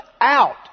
out